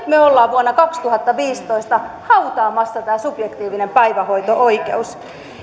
me olemme vuonna kaksituhattaviisitoista hautaamassa tämän subjektiivisen päivähoito